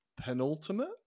penultimate